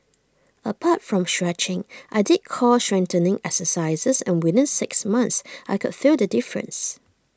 apart from stretching I did core strengthening exercises and within six months I could feel the difference